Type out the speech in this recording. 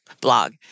blog